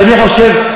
ואני חושב,